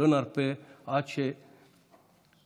ולא נרפה עד שהעמותה